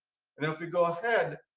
and then if we go ahead,